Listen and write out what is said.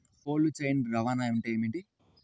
Cold chain రవాణా అంటే ఏమిటీ?